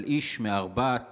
אבל איש מארבעת